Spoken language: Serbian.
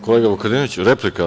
Kolega Vukadinoviću, replika?